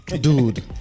Dude